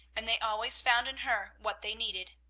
and they always found in her what they needed.